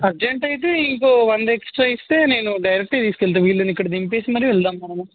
urgent అయితే ఇంకొక వంద ఎక్స్ట్రా ఇస్తే నేను డైరెక్ట్గా తీసుకు వెళ్తాను వీళ్ళని ఇక్కడ దింపి మరి వెళ్దాం మనము